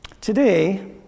Today